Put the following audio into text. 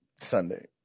Sunday